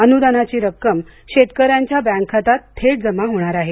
अनुदानाची रक्कम शेतकऱ्यांच्या बँक खात्यात थेट जमा होणार आहे